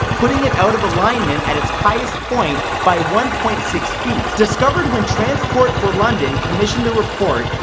putting it out of alignment at its highest point by one point six feet. discovered when transport for london commissioned a report,